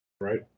Right